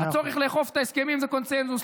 הצורך לאכוף את ההסכמים זה קונסנזוס,